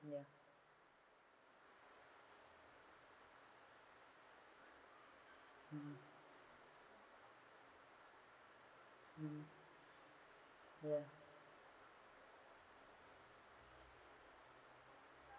yeah